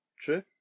true